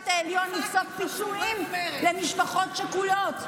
העליון לפסוק פיצויים למשפחות שכולות.